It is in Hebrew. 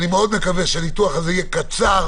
אני מאוד מקווה שהניתוח הזה יהיה קצר,